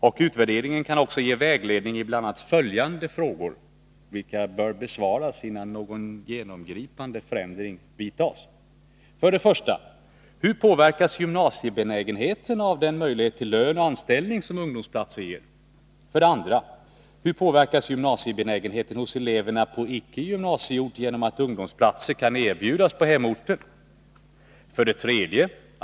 Och utvärderingen kan också ge vägledning i bl.a. följande frågor, vilka bör besvaras innan några genomgripande förändringar vidtas. 1. Hur påverkas gymnasiebenägenheten av den möjlighet till lön och anställning som ungdomsplatser ger? 2. Hur påverkas gymnasiebenägenheten hos eleverna på icke-gymnasieort genom att ungdomsplatser kan erbjudas på hemorten? 3.